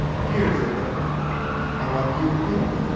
here's a leaner how like you him?